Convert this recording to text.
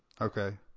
Okay